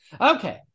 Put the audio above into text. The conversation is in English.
Okay